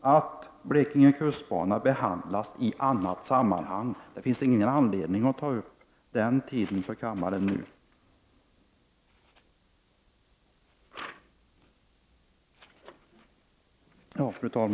att Blekinge kustbana behandlas i annat sammanhang. Det finns ingen anledning att ta upp kammarens tid med den saken nu.